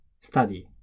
study